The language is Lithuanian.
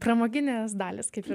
pramoginės dalys kaip ir